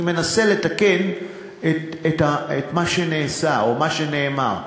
אני מנסה לתקן את מה שנעשה, או מה שנאמר.